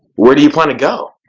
where do you plan to go?